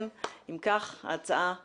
הצבעה ההצעה אושרה.